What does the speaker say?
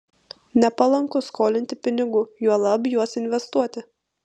nepalanku skolinti pinigų juolab juos investuoti